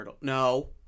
No